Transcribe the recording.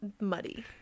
muddy